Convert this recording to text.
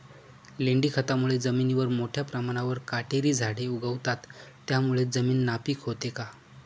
लेंडी खतामुळे जमिनीवर मोठ्या प्रमाणावर काटेरी झाडे उगवतात, त्यामुळे जमीन नापीक होते का?